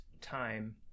time